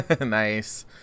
Nice